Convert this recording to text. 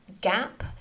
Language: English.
gap